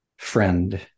friend